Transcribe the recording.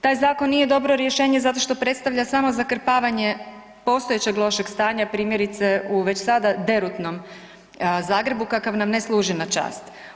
Taj zakon nije dobro rješenje zato što predstavlja zakrpavanje postojećeg lošeg stanja, primjerice u već sada derutnom Zagrebu kakav nam ne služi na čast.